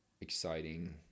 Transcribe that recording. exciting